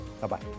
Bye-bye